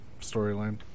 storyline